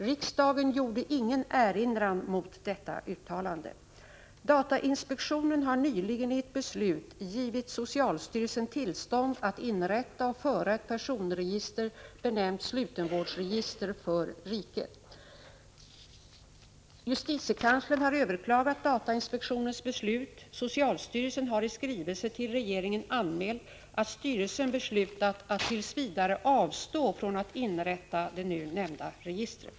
Riksdagen gjorde ingen erinran mot detta uttalande. Datainspektionen har nyligen i ett beslut givit socialstyrelsen tillstånd att inrätta och föra ett personregister benämnt Slutenvårdsregister för riket. Justitiekanslern har överklagat datainspektionens beslut. Socialstyrelsen har iskrivelse till regeringen anmält att styrelsen beslutat att tills vidare avstå från att inrätta det nu nämnda registret.